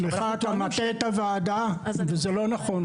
סליחה, אתה מטעה את הוועדה וזה לא נכון.